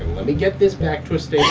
let me get this back to a stable